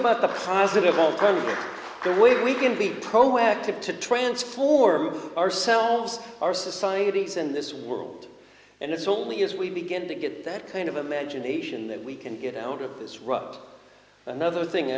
about the positive out there where we can be proactive to transform ourselves our societies in this world and it's only as we begin to get that kind of imagination that we can get out of this rut another thing